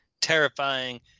terrifying